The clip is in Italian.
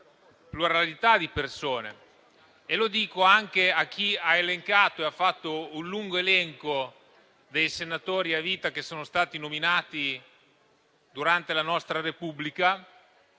pluralità di persone. Lo dico anche a chi ha fatto un lungo elenco dei senatori a vita che sono stati nominati durante la nostra Repubblica,